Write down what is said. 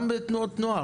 גם בתנועות נוער,